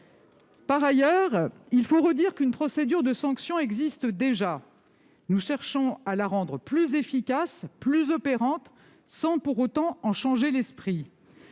Par ailleurs, il faut redire qu'une procédure de sanction existe déjà. Nous cherchons à la rendre plus efficace, plus opérante, sans pour autant en changer l'esprit.